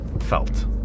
felt